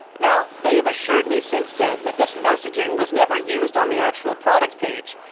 now, they've assured me since then that this messaging was never used on the actual product page,